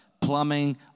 plumbing